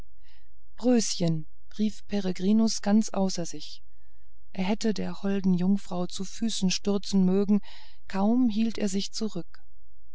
röschen rief peregrinus ganz außer sich er hätte der holden jungfrau zu füßen stürzen mögen kaum hielt er sich zurück